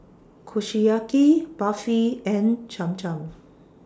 Kushiyaki Barfi and Cham Cham